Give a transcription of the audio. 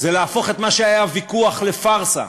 זה להפוך את מה שהיה ויכוח, לפארסה,